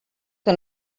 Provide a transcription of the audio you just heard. que